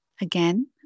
again